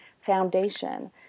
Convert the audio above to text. foundation